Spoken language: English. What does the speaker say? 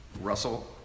Russell